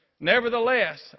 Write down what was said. Nevertheless